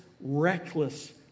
reckless